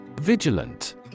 Vigilant